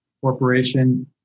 corporation